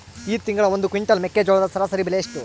ಈ ತಿಂಗಳ ಒಂದು ಕ್ವಿಂಟಾಲ್ ಮೆಕ್ಕೆಜೋಳದ ಸರಾಸರಿ ಬೆಲೆ ಎಷ್ಟು?